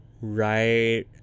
right